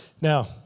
Now